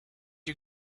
you